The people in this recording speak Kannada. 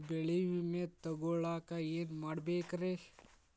ಬೆಳೆ ವಿಮೆ ತಗೊಳಾಕ ಏನ್ ಮಾಡಬೇಕ್ರೇ?